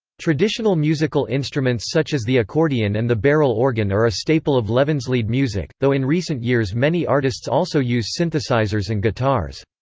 traditional musical instruments such as the accordion and the barrel organ are a staple of levenslied music, though in recent years many artists also use synthesisers and guitars.